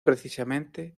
precisamente